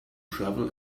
travel